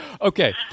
Okay